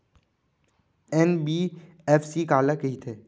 NBFC काला कहिथे?